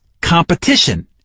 competition